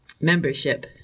Membership